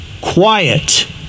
Quiet